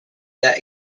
that